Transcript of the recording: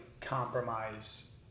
compromise